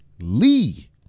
Lee